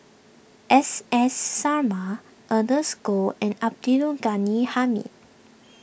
S S Sarma Ernest Goh and Abdul Ghani Hamid